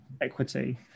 equity